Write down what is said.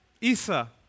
Isa